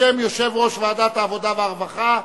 בשם יושב-ראש ועדת העבודה והרווחה,